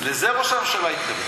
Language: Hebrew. אז לזה ראש הממשלה התכוון.